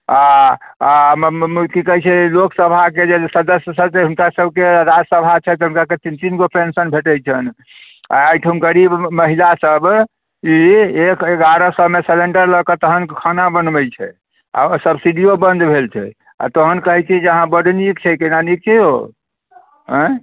आ आ की कहैत छै लोकसभाकेँ जे सदस्य छथि हुनका सबकेँ राजसभा क्षेत्र हुनका सबकेँ तीन तीन गो पेन्शन भेटैत छनि आ एहिठाम गरीब महिला सब ई एक एगारह सए मे सलेंडर लऽ के तहन खाना बनबैत छथि आ ओ सब्सिडियो बन्द भेल छै आ तहन कहैत छी जे अहाँ बड नीक छै केना नीक छै ओ आयँ